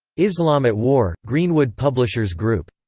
islam at war, greenwood publishers group.